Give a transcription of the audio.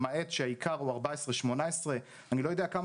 למעט שהעיקר הוא 18-14. אני לא יודע כמה